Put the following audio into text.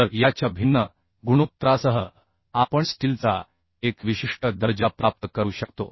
तर याच्या भिन्न गुणोत्तरासह आपण स्टीलचा एक विशिष्ट दर्जा प्राप्त करू शकतो